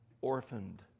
orphaned